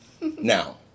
Now